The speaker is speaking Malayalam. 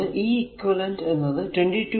അപ്പോൾ ഈ ഇക്വിവലെന്റ് എന്നത് 22